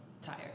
tired